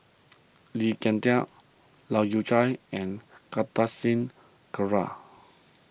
Lee Ek Tieng Leu Yew Chye and Kartar Singh Thakral